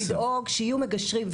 אנחנו צריכים לדאוג שיהיו מגשרים.